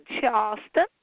Charleston